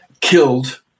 killed